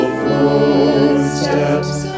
footsteps